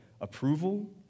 approval